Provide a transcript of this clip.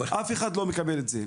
אף אחד לא מקבל את זה.